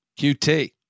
QT